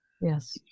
yes